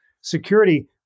security